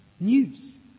news